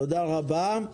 תודה רבה.